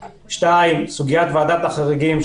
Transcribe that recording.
דבר שני, סוגיית ועדת החריגים.